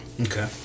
okay